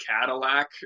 Cadillac